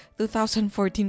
2014